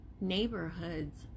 neighborhoods